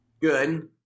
Good